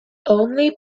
only